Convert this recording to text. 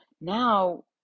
now